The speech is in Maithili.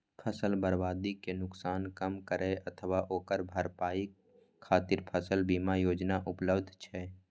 फसल बर्बादी के नुकसान कम करै अथवा ओकर भरपाई खातिर फसल बीमा योजना उपलब्ध छै